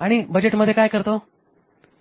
आणि बजेटमध्ये काय करतो